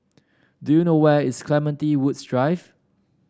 do you know where is Clementi Woods Drive